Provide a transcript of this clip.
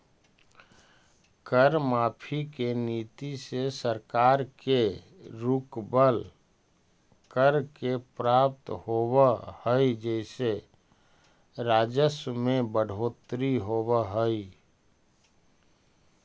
कर माफी के नीति से सरकार के रुकवल, कर के प्राप्त होवऽ हई जेसे राजस्व में बढ़ोतरी होवऽ हई